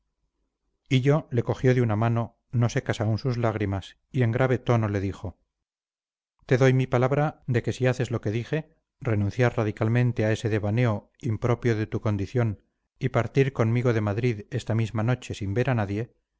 quererla hillo le cogió de una mano no secas aún sus lágrimas y en grave tono le dijo te doy mi palabra de que si haces lo que dije renunciar radicalmente a ese devaneo impropio de tu condición y partir conmigo de madrid esta misma noche sin ver a nadie